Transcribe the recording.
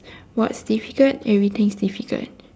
what's difficult everything is difficult